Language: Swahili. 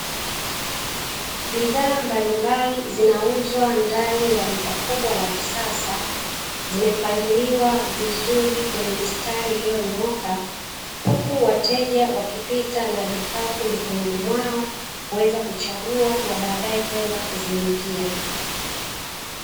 Bidhaa mbalimbali zinauzwa ndani ya duka kubwa la kisasa, zimepangiliwa vizuri kwenye mistari iliyonyooka, huku wateja wakipita na vikapu mikononi mwao kuweza kuchagua na baadae kwenda kuzilipia.